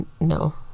no